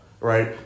right